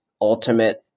ultimate